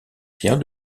pierre